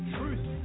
truth